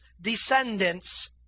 descendants